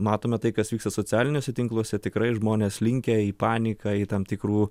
matome tai kas vyksta socialiniuose tinkluose tikrai žmonės linkę į paniką į tam tikrų